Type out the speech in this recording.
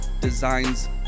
Designs